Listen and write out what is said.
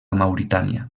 mauritània